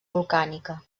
volcànica